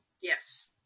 Yes